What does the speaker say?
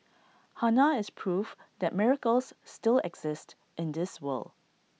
Hannah is proof that miracles still exist in this world